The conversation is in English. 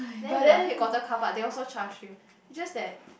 then the headquarter carpark they also charge you it's just that